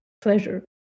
pleasure